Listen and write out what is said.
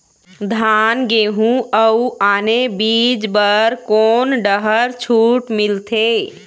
धान गेहूं अऊ आने बीज बर कोन डहर छूट मिलथे?